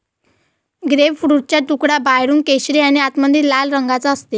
ग्रेपफ्रूटचा तुकडा बाहेरून केशरी आणि आतमध्ये लाल रंगाचा असते